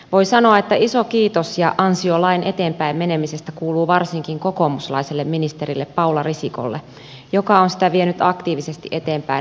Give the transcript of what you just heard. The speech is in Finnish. voi sanoa että iso kiitos ja ansio lain eteenpäin menemisestä kuuluu varsinkin kokoomuslaiselle ministerille paula risikolle joka on sitä vienyt aktiivisesti eteenpäin hallituksessa